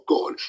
God